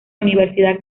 universidad